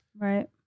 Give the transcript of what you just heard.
Right